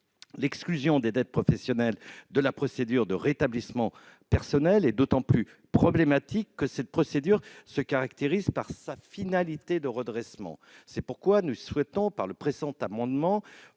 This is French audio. L'exclusion des dettes professionnelles de la procédure de rétablissement personnel est d'autant plus problématique que cette procédure se caractérise par sa finalité de redressement. C'est pourquoi nous souhaitons, par le présent amendement,